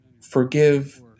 forgive